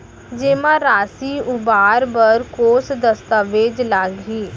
जेमा राशि उबार बर कोस दस्तावेज़ लागही?